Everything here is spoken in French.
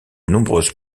nombreuses